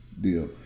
deal